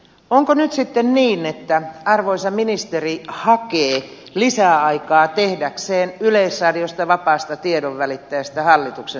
onko nyt sitten niin että arvoisa ministeri hakee lisäaikaa tehdäkseen yleisradiosta vapaasta tiedonvälittäjästä hallituksen sylikoiran